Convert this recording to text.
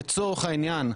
לצורך העניין,